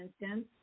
instance